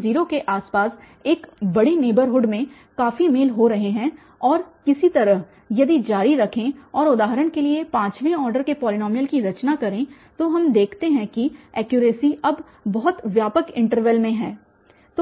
0 के आसपास एक बड़े नेबरहुड में काफी मेल हो रहे हैं और इसी तरह यदि जारी रखें और उदाहरण के लिए पांचवें ऑर्डर के पॉलीनॉमियल की रचना करें तो हम देखते हैं कि ऐक्युरसी अब बहुत व्यापक इंटरवल में है